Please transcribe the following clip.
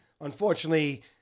Unfortunately